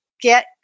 get